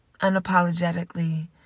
unapologetically